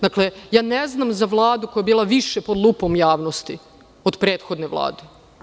Dakle, ja ne znam za Vladu koja je bila više pod lupom javnosti od prethodne vlade.